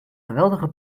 geweldige